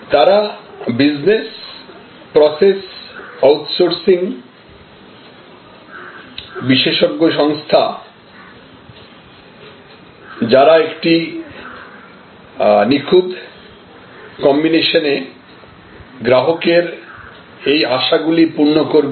তারা business process outsourcing বিশেষজ্ঞ সংস্থা যারা একটি নিখুঁত কম্বিনেশনে গ্রাহকের এই আশা গুলি পূরণ করবে